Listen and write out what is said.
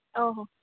ᱚ ᱦᱚᱸ